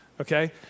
okay